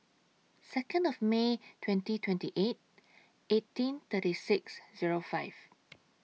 Second of May twenty twenty eight eighteen thirty six Zero five